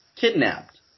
kidnapped